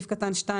סעיף קטן (2)